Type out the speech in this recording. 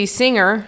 singer